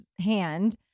hand